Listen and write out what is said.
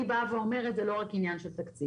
אני באה ואומרת, זה לא רק עניין של תקציב.